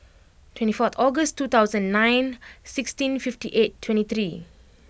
twenty fourth August two thousand nine sixteen fifty eight twenty three